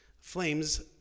flames